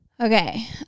Okay